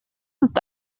ist